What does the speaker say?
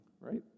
right